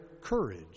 courage